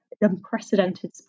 unprecedented